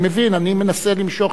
אני מנסה למשוך את הזמן,